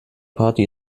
party